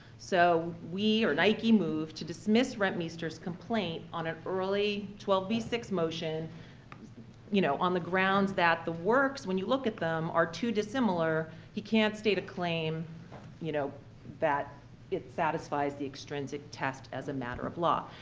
so we, or nike, moved to dismiss rentmeester's complaint on an early twelve b six motion you know on the grounds that the works, when you look at them, are too dissimilar. he can't state a claim you know that it satisfies the extrinsic test, as a matter of law.